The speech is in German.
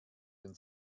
den